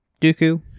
Dooku